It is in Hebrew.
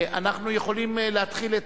אנחנו יכולים להתחיל.